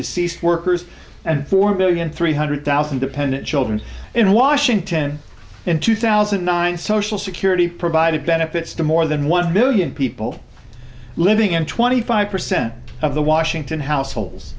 deceased workers and four million three hundred thousand dependent children in washington in two thousand and nine social security provided benefits to more than one million people living in twenty five percent of the washington households